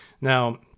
Now